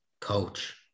coach